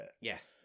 Yes